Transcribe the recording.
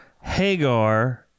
Hagar